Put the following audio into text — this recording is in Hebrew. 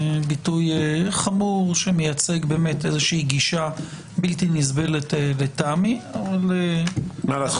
ביטוי חמור שמייצג איזו שהיא גישה בלתי נסבלת לטעמי אבל אנחנו